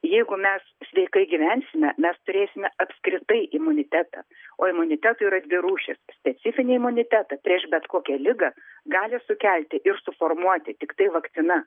jeigu mes sveikai gyvensime mes turėsime apskritai imunitetą o imunitetų yra dvi rūšys specifinį imunitetą prieš bet kokią ligą gali sukelti ir suformuoti tiktai vakcina